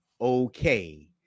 okay